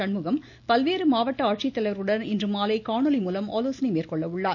சண்முகம் பல்வேறு மாவட்ட ஆட்சித்தலைவர்களுடன் இன்று மாலை காணொலி மூலம் ஆலோசனை மேற்கொள்ள உள்ளார்